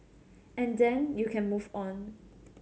and then you can move on